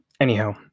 Anyhow